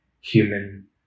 human